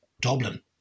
Dublin